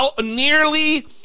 Nearly